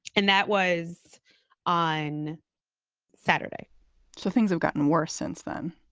and that was on saturday so things have gotten worse since then